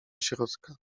środka